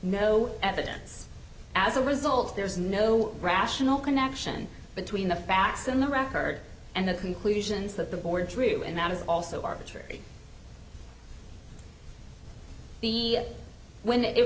no evidence as a result there's no rational connection between the facts and the record and the conclusions that the board drew and that is also arbitrary b when it